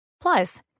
Plus